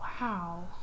Wow